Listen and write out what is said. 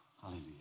Hallelujah